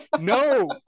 no